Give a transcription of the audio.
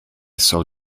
saw